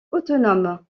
autonome